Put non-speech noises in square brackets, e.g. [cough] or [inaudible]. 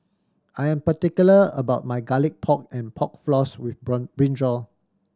I am particular about my Garlic Pork and Pork Floss with [unintelligible] brinjal